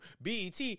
Bet